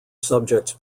subjects